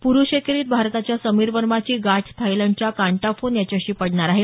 प्रुष एकेरीत भारताच्या समीर वर्माची गाठ थायलंडच्या कांटाफोन याच्याशी पडणार आहे